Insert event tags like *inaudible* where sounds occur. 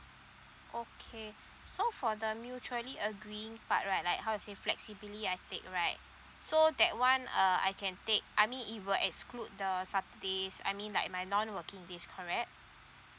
okay *breath* so for the mutually agreeing part right like how to say flexibly I take right so that one uh I can take I mean it will exclude the saturdays I mean like my non working days correct